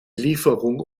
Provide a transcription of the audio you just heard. lieferung